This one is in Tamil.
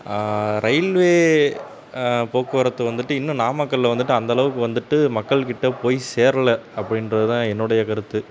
ரயில்வே போக்குவரத்து வந்துவிட்டு இன்னும் நாமக்கல்லில் வந்துவிட்டு அந்தளவுக்கு வந்துவிட்டு மக்கள்கிட்டே போய்ச் சேரல அப்படின்றதுதான் என்னுடைய கருத்து